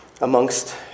amongst